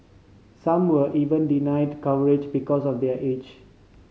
some were even denied coverage because of their age